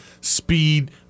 speed